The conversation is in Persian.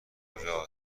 کجا